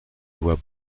voix